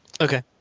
Okay